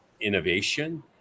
innovation